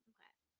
Okay